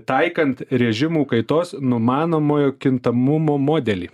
taikant režimų kaitos numanomojo kintamumo modelį